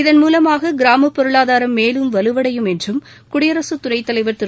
இதன்மூலமாக கிராமப் பொருளாதாரம் மேலும் வலுவடையும் என்றும் குடியரசுத் துணைத் தலைவா் திரு